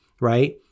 right